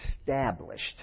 established